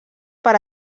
per